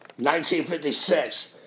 1956